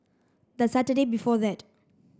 the Saturday before that